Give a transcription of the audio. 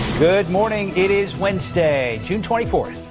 good morning. it is wednesday june twenty fourth.